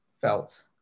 felt